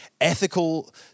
ethical